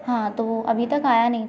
हाँ तो अभी तक आया नहीं